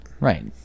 right